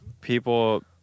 people